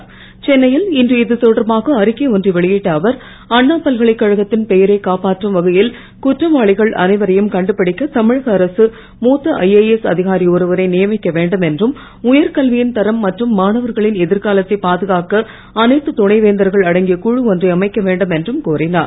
செயல்தலைவர் சென்னையில் இன்று இதுதொடர்பாக அறிக்கை ஒன்றை வெளியிட்ட அவர் அண்ணா பல்கலைக்கழகத்தின் பெயரைக் காப்பாற்றும் வகையில் குற்றவாளிகள் அனைவரையும் கண்டுபிடிக்க தமிழக அரசு மூத்த ஐஏஎஸ் அதிகாரி ஒருவரை நியமிக்க வேண்டும் என்றும் உயர்கல்வியின் தரம் மற்றும் மாணவர்களின் எதிர்காலத்தைப் பாதுகாக்க அனைத்துத் துணைவேந்தர்கள் அடங்கிய குழு ஒன்றை அமைக்கவேண்டும் என்றும் கோரிஞர்